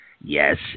Yes